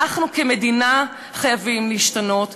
אנחנו כמדינה חייבים להשתנות,